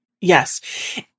Yes